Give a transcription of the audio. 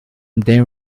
they